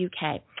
UK